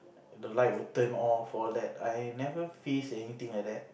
the light would turn off all that I never face anything like that